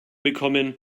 bekommen